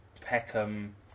Peckham